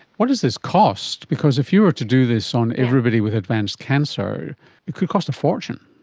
what does this cost? because if you were to do this on everybody with advanced cancer, it could cost a fortune.